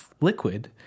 liquid